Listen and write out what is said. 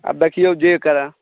आब देखियौ जे करए